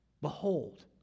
behold